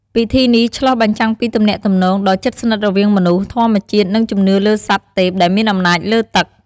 ពិធីនេះឆ្លុះបញ្ចាំងពីទំនាក់ទំនងដ៏ជិតស្និទ្ធរវាងមនុស្ស ធម្មជាតិ និងជំនឿលើសត្វទេពដែលមានអំណាចលើទឹក។